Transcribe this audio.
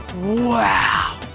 wow